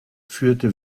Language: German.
führte